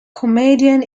comedian